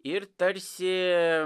ir tarsi